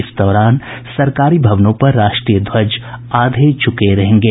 इस दौरान सरकारी भवनों पर राष्ट्रीय ध्वज आधे झुके रहेंगे